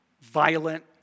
violent